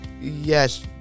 Yes